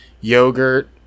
yogurt